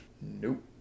nope